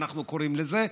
אנחנו קוראים לזה,